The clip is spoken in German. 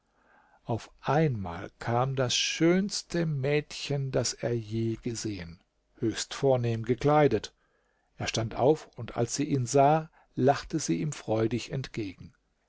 auf einmal kam das schönste mädchen das er je gesehen höchst vornehm gekleidet er stand auf und als sie in sah lachte sie ihm freudig entgegen